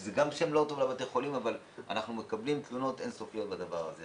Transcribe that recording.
אנחנו מקבלים אין סוף תלונות בנושא הזה.